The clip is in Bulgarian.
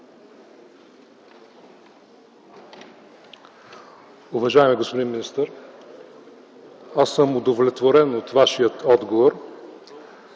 Уважаеми господин министър, аз съм удовлетворен от Вашия отговор.